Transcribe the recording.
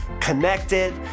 connected